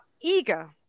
eager